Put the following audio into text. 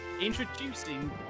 Introducing